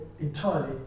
entirely